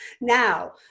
now